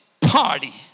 party